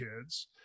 kids